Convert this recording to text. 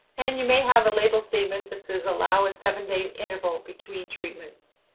and you may have a label statement that says allow a seven-day interval between treatments.